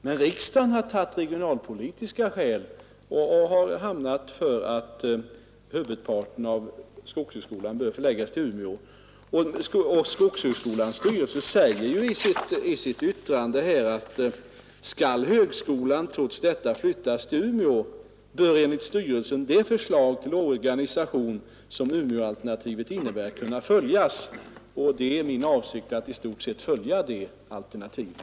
Men riksdagen har tagit regionalpolitiska hänsyn och har stannat för att huvudparten av skogshögskolan bör förläggas till Umeå. Skogshögskolans styrelse säger också i sitt yttrande: ”Skall högskolan trots detta flyttas till Umeå bör enligt styrelsen det förslag till organisation som Umeåalternativet innebär kunna följas.” Det är min avsikt att i stort sett följa det alternativet.